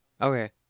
Okay